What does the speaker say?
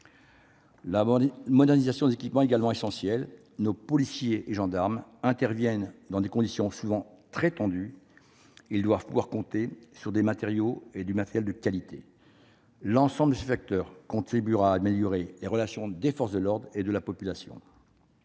La modernisation des équipements est également essentielle. Nos forces de l'ordre, qui interviennent dans des conditions souvent très tendues, doivent pouvoir compter sur des matériels de qualité. L'ensemble de ces facteurs contribuera à améliorer les relations des forces de l'ordre et de la population.